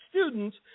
students